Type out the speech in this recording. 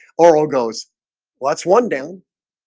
aurel goes watts one down